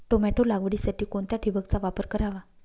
Tomato लागवडीसाठी कोणत्या ठिबकचा वापर करावा?